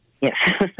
Yes